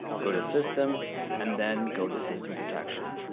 go to system and then go to system protection.